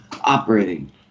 operating